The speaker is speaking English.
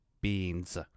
beans